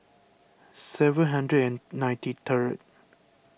seven hundred and ninety third